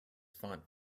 font